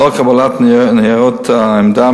לאחר קבלת ניירות העמדה,